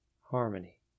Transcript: harmony